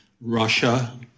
Russia